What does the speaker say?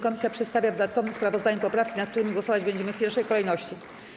Komisja przedstawia w dodatkowym sprawozdaniu poprawki, nad którymi głosować będziemy w pierwszej kolejności.